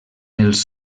els